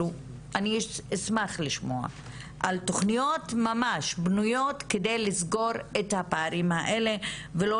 אשמח לשמוע על תוכניות בנויות כדי לסגור את הפערים האלה ולא